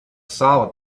solid